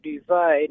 divide